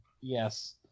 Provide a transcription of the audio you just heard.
Yes